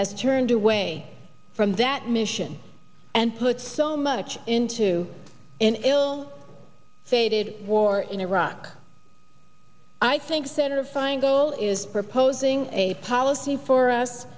has turned away from that mission and put so much into an ill fated war in iraq i think senator feingold is proposing a policy for us